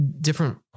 different